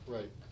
Right